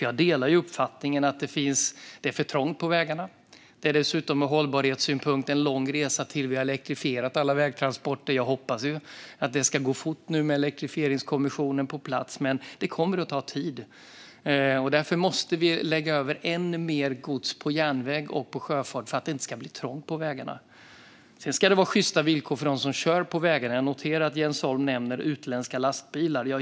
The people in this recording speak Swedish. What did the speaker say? Jag delar uppfattningen att det är för trångt på vägarna. Det är dessutom ur hållbarhetssynpunkt en lång resa tills vi har elektrifierat alla vägtransporter. Jag hoppas att det ska gå fort nu när vi har Elektrifieringskommissionen på plats, men det kommer att ta tid. Därför måste vi lägga över än mer gods på järnväg och på sjöfart så att det inte blir trångt på vägarna. Det ska förstås vara sjysta villkor för dem som kör på vägarna. Jag noterar att Jens Holm nämner utländska lastbilar.